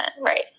Right